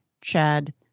Chad